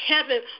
heaven